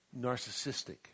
narcissistic